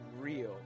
real